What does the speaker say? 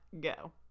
go